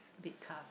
big cast